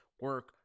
Work